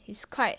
it's quite